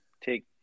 take